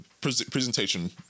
presentation